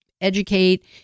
educate